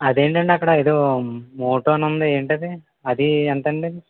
అదేంటండి అక్కడ ఏదో మోటో అని ఉంది ఏంటది అది ఎంతండి